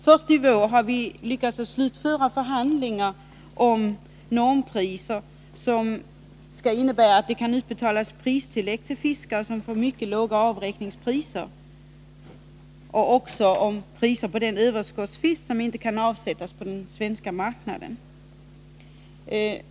Först i vår har man lyckats slutföra förhandlingarna om vilka normpriser som skall ligga till grund för utbetalningen av pristillägg till fiskare som får mycket låga avräkningspriser samt om priserna på den överskottsfisk som inte kan avsättas på den svenska marknaden.